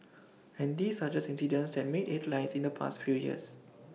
and these are just incidents that made headlines in the past few years